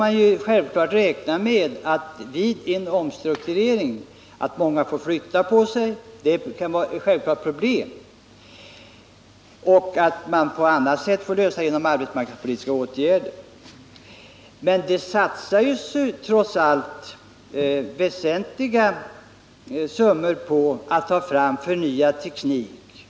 Men självfallet får man räkna med att många vid en omstrukturering får flytta på sig. Det kan givetvis medföra problem, som man får lösa genom arbetsmarknadspolitiska åtgärder. 119 Det satsas trots allt väsentliga summor på att ta fram en ny teknik.